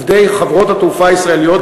עובדי חברות התעופה הישראליות,